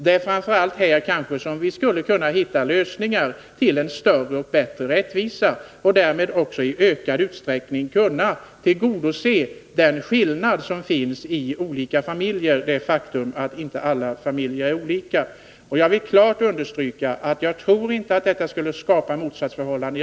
Det är kanske framför allt här som vi skulle kunna hitta lösningar till en större och bättre rättvisa för att därmed också i ökad utsträcking kunna beakta de skillnader som finns mellan olika familjer. Det är ett faktum att inte alla familjer är lika. Jag vill klart understryka att jag inte tror att detta skulle skapa motsatsförhållanden.